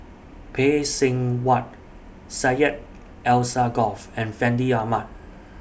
Phay Seng Whatt Syed Alsagoff and Fandi Ahmad